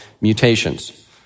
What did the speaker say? mutations